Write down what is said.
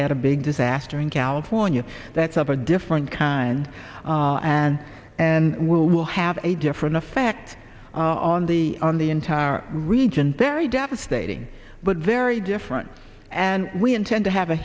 had a big disaster in california that's of a different kind and and will have a different effect on the on the entire region very devastating but very different and we intend to have a